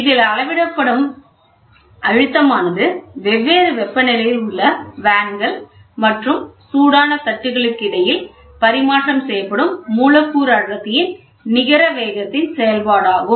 இதில் அளவிடப்படும் அழுத்தமானது வெவ்வேறு வெப்பநிலையில் உள்ள வேன்கள் மற்றும் சூடான தட்டுகளுக்கு இடையில் பரிமாற்றம் செய்யப்படும் மூலக்கூறு அடர்த்தியின் நிகர வேகத்தின் செயல்பாடாகும்